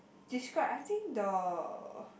describe I think the